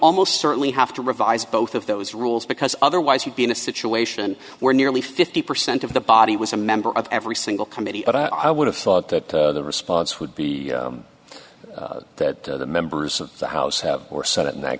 almost certainly have to revise both of those rules because otherwise you'd be in a situation where nearly fifty percent of the body was a member of every single committee but i would have thought that the response would be that the members of the house have or set up in that